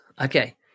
okay